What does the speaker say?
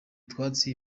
utwatsi